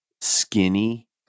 skinny